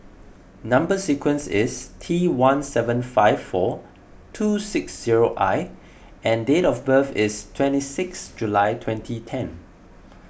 Number Sequence is T one seven five four two six zero I and date of birth is twenty sixth July twenty ten